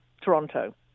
Toronto